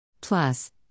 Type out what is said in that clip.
Plus